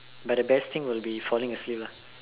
but the best thing would be falling asleep lah